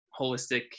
holistic